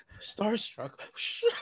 Starstruck